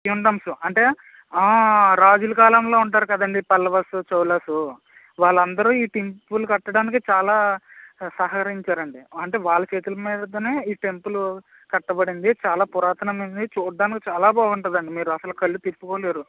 kingdoms అంటే ఆ రాజుల కాలంలో ఉంటారు కదండి పల్లవాసు చోళ్ళాసు వాళ్ళందరూ ఈ టెంపుల్ కట్టడానికి చాలా సహకరించారండి అంటే వాళ్ళ చేతుల మీదగానే టెంపుల్ కట్టబడింది చాలా పురాతనమైనది చూడటానికి చాలా బాగుంటుందండి మీరు అస్సలు కళ్ళు తిప్పుకోలేరు